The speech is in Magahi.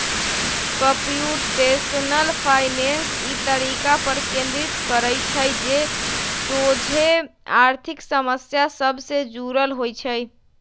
कंप्यूटेशनल फाइनेंस इ तरीका पर केन्द्रित करइ छइ जे सोझे आर्थिक समस्या सभ से जुड़ल होइ छइ